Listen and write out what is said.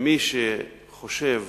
מי שחושב